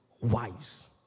wives